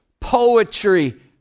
Poetry